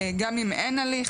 גם אם אין הליך,